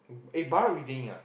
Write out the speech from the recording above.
eh Bara retaining ah